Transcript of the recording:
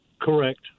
correct